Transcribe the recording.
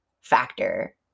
factor